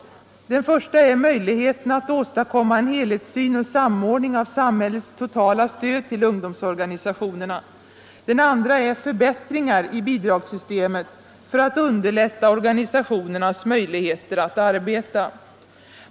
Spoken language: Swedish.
Den första är möjligheterna att åstadkomma en helhetssyn och samordning av samhällets totala stöd till ungdomsorganisationerna. Den andra är förbättringar i bidragssystemet för att underlätta organisationernas möjligheter att arbeta.